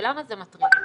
ולמה זה מטריד אותי?